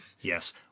Yes